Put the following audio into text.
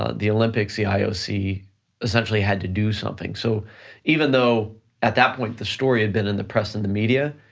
ah the olympics, the ah ioc essentially had to do something. so even though at that point, the story had been in the press and the media,